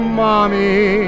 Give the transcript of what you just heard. mommy